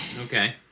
Okay